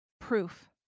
proof